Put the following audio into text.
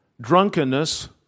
drunkenness